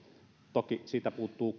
toki siitä puuttuu